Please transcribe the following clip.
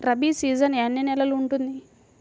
Rabi season ఎన్ని నెలలు ఉంటుంది?